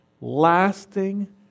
lasting